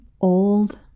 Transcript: old